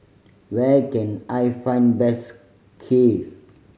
where can I find best Kheer